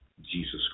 Jesus